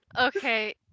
okay